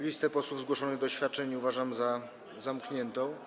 Listę posłów zgłoszonych do oświadczeń uważam za zamkniętą.